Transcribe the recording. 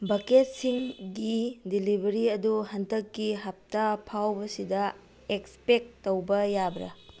ꯕꯛꯀꯦꯠꯁꯤꯡꯒꯤ ꯗꯤꯂꯤꯕꯔꯤ ꯑꯗꯨ ꯍꯟꯗꯛꯀꯤ ꯍꯞꯇꯥ ꯐꯥꯎꯕꯁꯤꯗ ꯑꯦꯁꯄꯦꯛ ꯇꯧꯕ ꯌꯥꯕ꯭ꯔꯥ